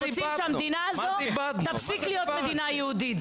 הם רוצים שהמדינה הזאת תפסיק להיות מדינה יהודית.